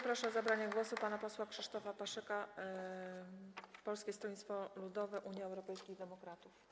Proszę o zabranie głosu pana posła Krzysztofa Paszyka, Polskie Stronnictwo Ludowe - Unia Europejskich Demokratów.